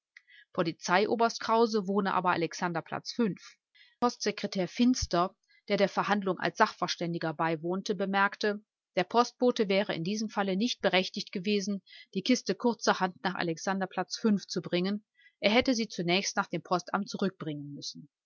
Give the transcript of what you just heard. polizeioberst krause wohne aber finster der der verhandlung als sachverständiger beiwohnte bemerkte der postbote wäre in diesem falle nicht berechtigt gewesen die kiste kurzerhand nach alexanderplatz fünf zu bringen er hätte sie zunächst nach dem postamt zurückbringen müssen